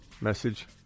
message